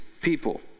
people